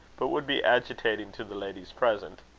but would be agitating to the ladies present.